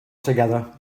together